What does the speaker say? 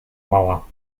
mała